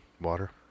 water